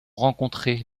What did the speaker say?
rencontrer